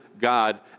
God